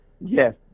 Yes